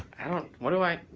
i don't, what do i.